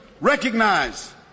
recognize